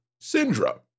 Syndra